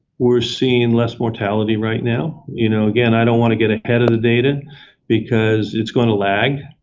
we're seeing less mortality right now. you know, again, i don't want to get ahead of the data because it's going to lag.